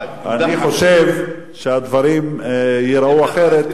הדברים היו נראים אחרת,